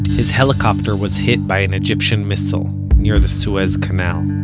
his helicopter was hit by an egyptian missile near the suez canal.